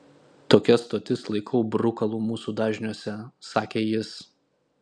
tokias stotis laikau brukalu mūsų dažniuose sakė jis